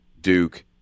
Duke